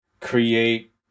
create